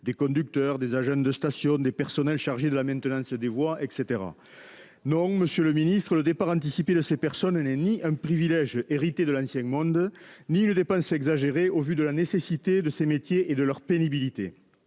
: conducteurs, agents de station, agents chargés de la maintenance des voies, etc. Non, monsieur le ministre, le départ anticipé de ces personnes n'est ni un privilège hérité de l'ancien monde ni une dépense exagérée, vu la nécessité et la pénibilité